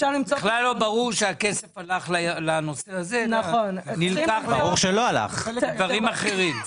בכלל לא ברור שהכסף הלך לנושא הזה אלא נקלח לדברים אחרים.